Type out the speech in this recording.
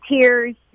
tears